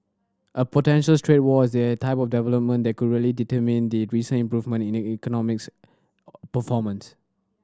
a potential trade war is the type of development that could really determine the recent improvement in the economics performance